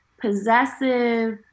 possessive